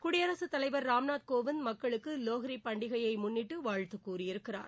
குடியரசுத் தலைவர் ராம்நாத் கோவிந்த் மக்களுக்கு லோஹ்ரி பண்டிகையை முன்னிட்டு வாழ்த்து கூறியிருக்கிறார்